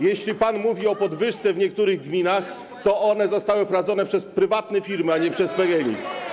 Jeśli pan mówi o podwyżce w niektórych gminach, to one zostały wprowadzone przez prywatne firmy, a nie przez PGNiG.